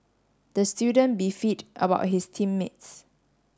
the student about his team mates